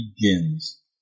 begins